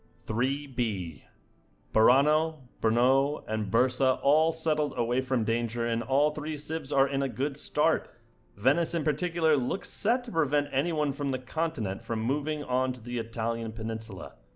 three b burano brno and bursa all settled away from danger and all three sips are in a good start venice in particular looks set to prevent anyone from the continent from moving on to the italian peninsula